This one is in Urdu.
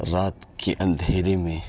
رات کے اندھیرے میں